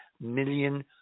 million